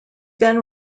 then